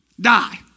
die